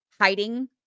hiding